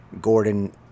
Gordon